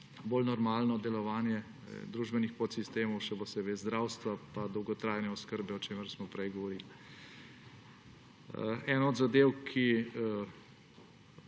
bolj normalno delovanje družbenih podsistemov, še posebej zdravstva in dolgotrajne oskrbe, o čemer smo prej govorili. Ena od zadev, ki